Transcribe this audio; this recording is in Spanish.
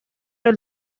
del